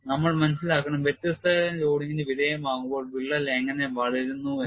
നമ്മൾ മനസ്സിലാക്കണം വ്യത്യസ്ത തരം ലോഡിംഗിന് വിധേയമാകുമ്പോൾ വിള്ളൽ എങ്ങനെ വളരുന്നു എന്ന്